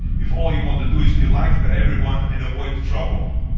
if all you want to do is be liked by everyone and avoid trouble?